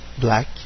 Black